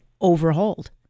overhauled